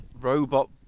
Robot